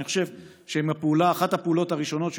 אני חושב שאם אחת הפעולות הראשונות שהוא